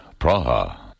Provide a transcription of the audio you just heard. Praha